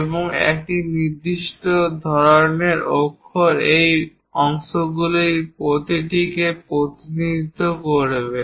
এবং একটি নির্দিষ্ট ধরণের অক্ষর এই অংশগুলির প্রতিটিকে প্রতিনিধিত্ব করবে